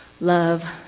love